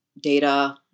data